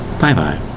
Bye-bye